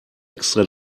extra